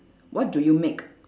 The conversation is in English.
what do you make